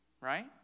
Right